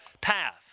path